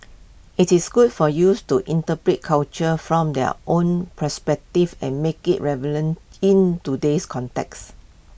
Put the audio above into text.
IT is good for youth to interpret culture from their own perspective and make IT in today's context